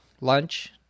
lunch